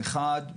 מחד,